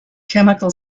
chemical